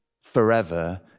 forever